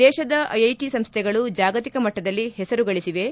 ದೇಶದ ಐಐಟ ಸಂಸ್ಟೆಗಳು ಜಾಗತಿಕ ಮಟ್ಟದಲ್ಲಿ ಹೆಸರು ಗಳಿಸಿವೆ